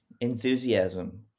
enthusiasm